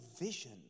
vision